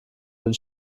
den